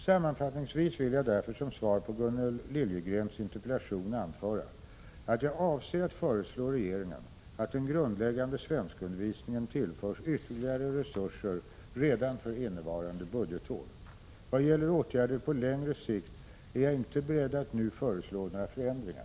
Sammanfattningsvis vill jag därför, som svar på Gunnel Liljegrens interpellation, anföra att jag avser att föreslå regeringen att den grundläggande svenskundervisningen tillförs ytterligare resurser redan för innevarande budgetår. Vad gäller åtgärder på längre sikt är jag inte beredd att nu föreslå några förändringar.